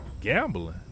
gambling